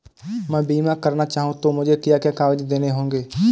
मैं बीमा करना चाहूं तो मुझे क्या क्या कागज़ देने होंगे?